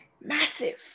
massive